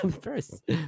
first